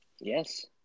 Yes